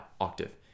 octave